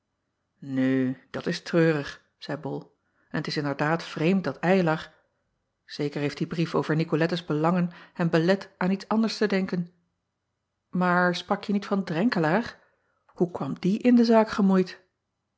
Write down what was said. u dat is treurig zeî ol en t is inderdaad vreemd dat ylar zeker heeft die brief over icolettes belangen hem belet aan iets anders te denken aar sprakje niet van renkelaer oe kwam die in de zaak gemoeid